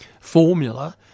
formula